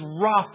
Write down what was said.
rough